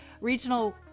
Regional